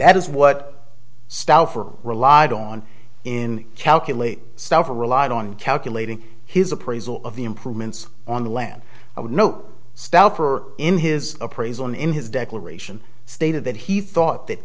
that is what stuff or relied on in calculate stuff or relied on calculating his appraisal of the improvements on the land i would know stealth for in his appraisal and in his declaration stated that he thought that